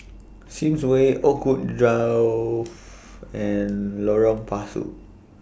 Sims Way Oakwood Grove and Lorong Pasu